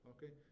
Okay